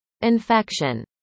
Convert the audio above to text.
infection